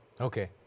Okay